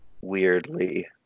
Weirdly